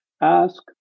Ask